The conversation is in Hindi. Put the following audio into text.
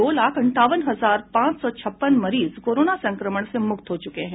दो लाख अंठावन हजार पांच सौ छप्पन मरीज कोरोना संक्रमण से मुक्त हो चुके हैं